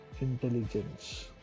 INTELLIGENCE